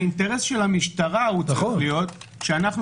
האינטרס של המשטרה צריך להיות שאנחנו